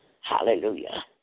Hallelujah